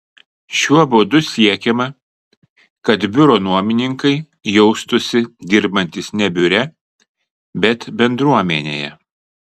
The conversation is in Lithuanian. šiuo būdu siekiama kad biuro nuomininkai jaustųsi dirbantys ne biure bet bendruomenėje